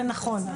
זה נכון,